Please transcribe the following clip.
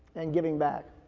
and giving back.